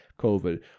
COVID